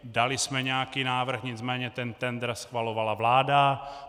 Dali jsme nějaký návrh, nicméně ten tendr schvalovala vláda.